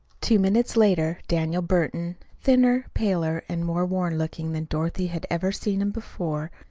two minutes later daniel burton, thinner, paler, and more worn-looking than dorothy had ever seen him before,